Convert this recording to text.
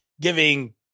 giving